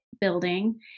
building